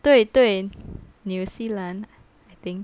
对对纽西兰 I think